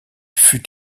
fut